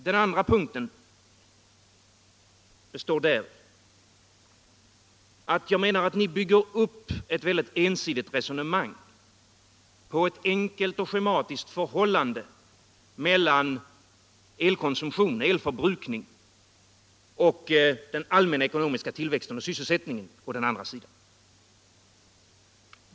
Den andra punkten består däri att jag menar att ni bygger ett väldigt omfattande resonemang på ett enkelt och schematiskt förhållande mellan elförbrukning å ena sidan och den allmänna ekonomiska tillväxten och sysselsättningen å den andra.